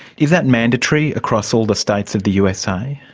is that mandatory across all the states of the usa?